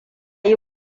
yi